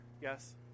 Yes